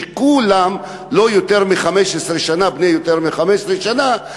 שכולם לא יותר מבני 15 שנה,